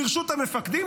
לרשות המפקדים?